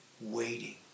waiting